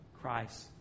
Christ